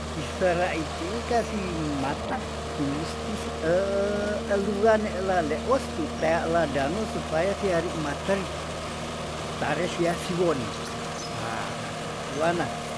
Isera iti ih kasi mata imusti se eluane lale ostu tea ladano supaya siari materi tare sia siwon ah tuwana.